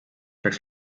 peaks